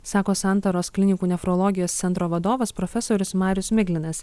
sako santaros klinikų nefrologijos centro vadovas profesorius marius miglinas